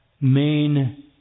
main